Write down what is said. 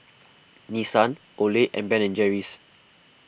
Nissan Olay and Ben and Jerry's